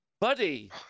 buddy